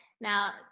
Now